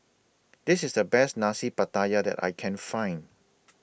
This IS The Best Nasi Pattaya that I Can Find